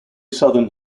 southern